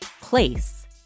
place